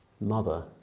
Mother